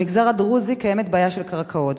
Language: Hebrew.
במגזר הדרוזי קיימת בעיה של קרקעות,